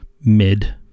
mid